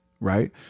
right